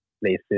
places